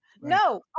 No